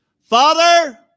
Father